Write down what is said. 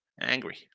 Angry